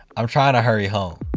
i'm trying to hurry home.